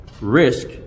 risk